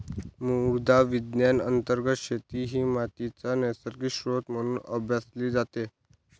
मृदा विज्ञान अंतर्गत शेती ही मातीचा नैसर्गिक स्त्रोत म्हणून अभ्यासली जाते